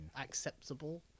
acceptable